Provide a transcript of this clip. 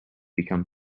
become